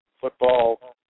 football